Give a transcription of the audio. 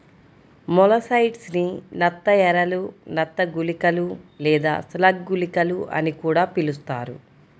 molluscicides ని నత్త ఎరలు, నత్త గుళికలు లేదా స్లగ్ గుళికలు అని కూడా పిలుస్తారు